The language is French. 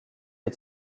les